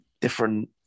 different